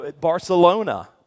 Barcelona